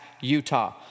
Utah